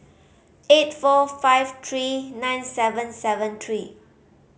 eight four five three nine seven seven three